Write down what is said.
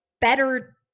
better